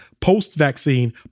post-vaccine